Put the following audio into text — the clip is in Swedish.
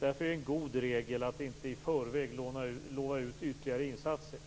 Därför är det en god regel att inte i förväg lova ut ytterligare insatser.